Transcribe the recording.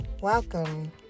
Welcome